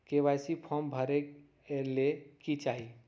KYC form भरे ले कि चाही?